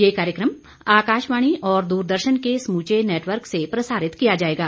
यह कार्यक्रम आकाशवाणी और दूरदर्शन के समूचे नेटवर्क से प्रसारित किया जाएगा